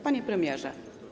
Panie Premierze!